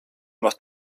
macht